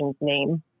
name